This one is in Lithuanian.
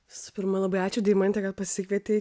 visų pirma labai ačiū deimante kad pasikvietei